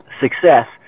success